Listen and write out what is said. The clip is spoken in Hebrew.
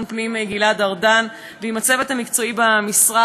פנים גלעד ארדן ועם הצוות המקצועי במשרד.